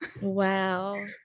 Wow